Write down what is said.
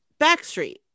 Backstreet